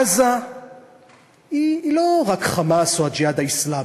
עזה היא לא רק "חמאס" או "הג'יהאד האסלאמי".